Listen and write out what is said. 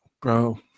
Bro